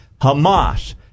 Hamas